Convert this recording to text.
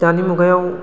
दानि मुगायाव